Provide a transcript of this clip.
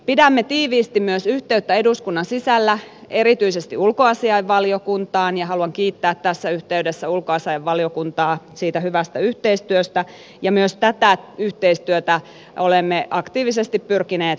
pidämme tiiviisti yhteyttä myös eduskunnan sisällä erityisesti ulkoasiainvaliokuntaan ja haluan kiittää tässä yhteydessä ulkoasiainvaliokuntaa siitä hyvästä yhteistyöstä ja myös tätä yhteistyötä olemme aktiivisesti pyrkineet kehittämään